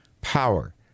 power